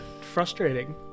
frustrating